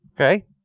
Okay